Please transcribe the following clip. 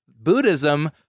buddhism